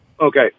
Okay